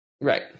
Right